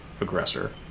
aggressor